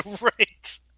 Right